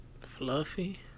fluffy